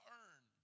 earn